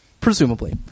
Presumably